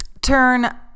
turn